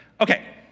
Okay